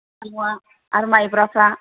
आरो माइब्राफ्रा